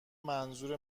منظور